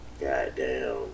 Goddamn